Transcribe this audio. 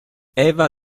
eva